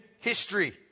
history